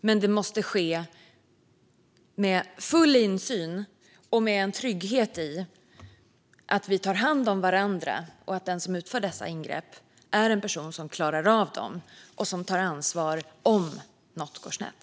Men det måste ske med full insyn, med tryggheten i att vi tar hand om varandra och med vetskapen att den som utför dessa ingrepp klarar av dem och tar ansvar om något går snett.